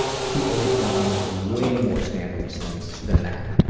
people have done way more scandalous things than that.